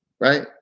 right